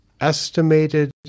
estimated